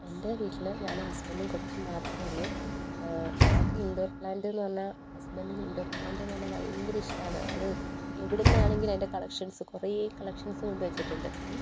എൻ്റെ വീട്ടിൽ ഞാനും ഹസ്ബൻ്റും കൊച്ചും മാത്രമേ ഉള്ളു ആൾക്ക് ഇൻ്റോർ പ്ലാൻ്റ് എന്നു പറഞ്ഞാൽ ഹസ്ബൻ്റിന് ഇൻ്റോർ പ്ലാൻ്റ് എന്നു പറഞ്ഞാൽ ഭയങ്കര ഇഷ്ടമാണ് ആള് എവിടെ നിന്നാണെങ്കിലും അതിൻ്റെ കളക്ഷൻസ് കുറേ കളക്ഷൻസ് കൊണ്ടു വച്ചിട്ടുണ്ട്